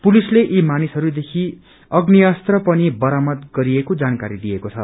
पुलिसले यी मानिसहरूदेखि आग्नेयास्त्र पनि बरामद गरिएको जानकारी दिएको छ